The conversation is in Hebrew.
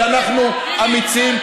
כי אנחנו אמיצים.